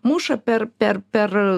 muša per per per